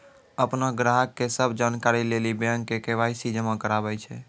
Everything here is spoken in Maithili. अपनो ग्राहको के सभ जानकारी लेली बैंक के.वाई.सी जमा कराबै छै